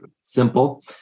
simple